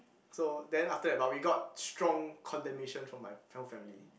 so then after that but we got strong condemnation from my whole family